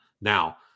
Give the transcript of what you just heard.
Now